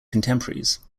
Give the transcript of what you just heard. contemporaries